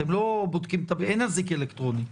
אין אזיק אלקטרוני.